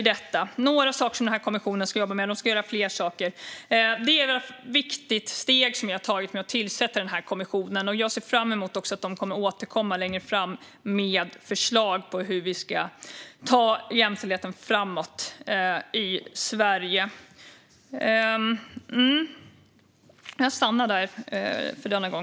Det är något av det kommissionen ska jobba med. Den ska göra annat också. Det är viktigt steg att vi har tillsatt denna kommission, och jag ser fram emot att den återkommer med förslag på hur vi ska ta jämställdheten i Sverige framåt.